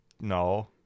no